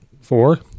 four